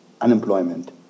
unemployment